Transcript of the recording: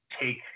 take